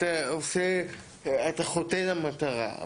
חוטא למטרה.